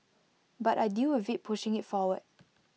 but I deal with IT pushing IT forward